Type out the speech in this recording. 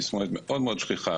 תסמונת מאוד מאוד שכיחה,